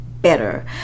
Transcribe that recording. better